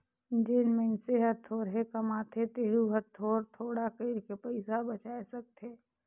जेन मइनसे हर थोरहें कमाथे तेहू हर थोर थोडा कइर के पइसा बचाय सकथे